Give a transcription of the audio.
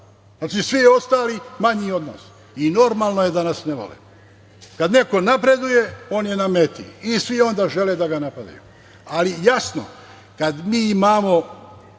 a svi ostali manji odnos. I normalno je da nas ne vole. Kad neko napreduje, on je na meti i svi onda žele da ga napadaju. Kad mi imamo